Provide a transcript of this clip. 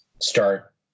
start